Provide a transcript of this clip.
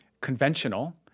conventional